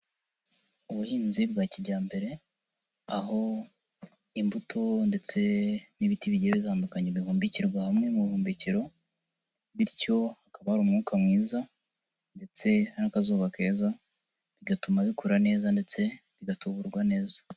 Ubuhinzi bwa kijyambere, aho imbuto ndetse n'ibiti bigiye bitandukanye bihumbikirwa hamwe mubuhumbikiro, bityo hakaba hari umwuka mwiza, ndetse n'akazuba keza, bigatuma bikura neza ndetse bigatuburwa neza.